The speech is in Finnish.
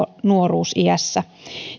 nuoruusiässä